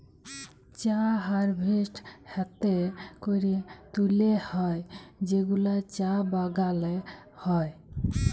চা হারভেস্ট হ্যাতে ক্যরে তুলে হ্যয় যেগুলা চা বাগালে হ্য়য়